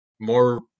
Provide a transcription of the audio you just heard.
More